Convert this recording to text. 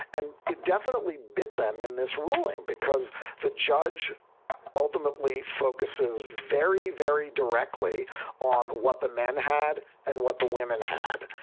and it definitely bit them in this ruling because the judge ultimately focuses very, very directly on what the men had and what the women had.